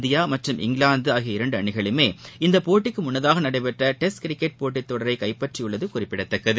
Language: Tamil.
இந்தியாமற்றும் இங்கிலாந்து ஆகிய இரண்டுஅணிகளுமே இந்தபோட்டிக்குமுன்னதாகநடைபெற்றடெஸ்ட் கிரிக்கெட் தொடரைகைப்பற்றியுள்ளதுகுறிப்பிடத்தக்கது